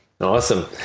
Awesome